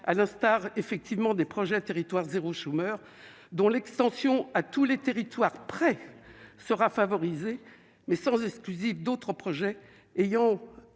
à l'instar effectivement des projets Territoires zéro chômeur dont l'extension à tous les territoires près sera favorisé mais sans exclusive d'autres projets ayant